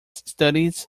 studies